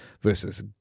versus